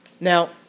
Now